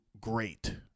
Great